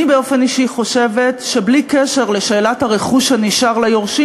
אני באופן אישי חושבת שבלי קשר לשאלת הרכוש שנשאר ליורשים,